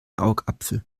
augapfel